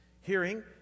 hearing